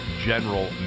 general